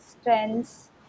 strengths